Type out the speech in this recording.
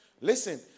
Listen